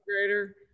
grader